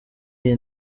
iyi